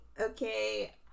okay